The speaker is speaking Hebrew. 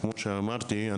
כפי שכבר אמרתי,